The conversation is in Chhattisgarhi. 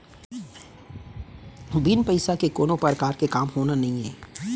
बिन पइसा के कोनो परकार के काम होना नइये